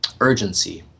urgency